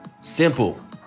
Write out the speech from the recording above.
simple